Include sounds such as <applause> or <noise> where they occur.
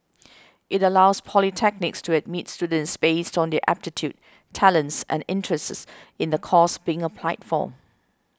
<noise> it allows polytechnics to admit students based on their aptitude talents and interests in the course being applied for